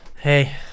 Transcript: hey